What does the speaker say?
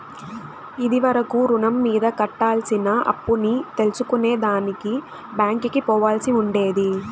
ఇది వరకు రుణం మీద కట్టాల్సిన అప్పుని తెల్సుకునే దానికి బ్యాంకికి పోవాల్సి ఉండేది